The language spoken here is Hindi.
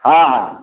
हाँ हाँ